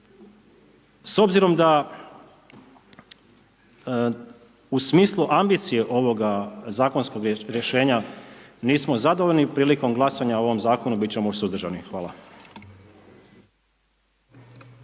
S obzirom da u smislu ambicije ovoga zakonskog rješenja nismo zadovoljni prilikom glasanja o ovom zakonu biti ćemo suzdržani. Hvala.